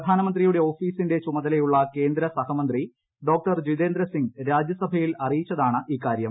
പ്രധാനമന്ത്രിയുടെ ഓഫീസിന്റെ ചുമതലയുള്ള കേന്ദ്ര സഹമന്ത്രി ഡോ ജിതേന്ദ്ര സിംഗ് രാജ്യസഭയിൽ അറിയിച്ചതാണ് ഇക്കാര്യം